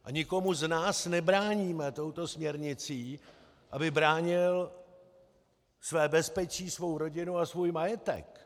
A nikomu z nás nebráníme touto směrnicí, aby bránil své bezpečí, svou rodinu a svůj majetek.